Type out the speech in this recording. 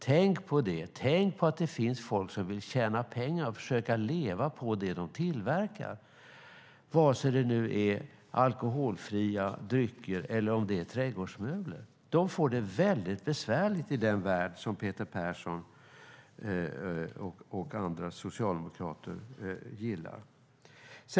Tänk på att det finns folk som vill tjäna pengar och försöka leva på det som de tillverkar, antingen det är alkoholfria drycker eller trädgårdsmöbler. De får det mycket besvärligt i den värld som Peter Persson och andra socialdemokrater gillar.